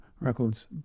records